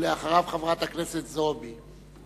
ואחריו, חברת הכנסת זועבי.